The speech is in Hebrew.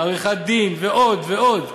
עריכת-דין ועוד ועוד.